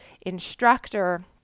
instructor